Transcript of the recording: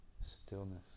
Stillness